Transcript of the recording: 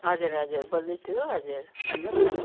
हजुर हजुर बोल्दैछु हजुर भन्नुहोस् न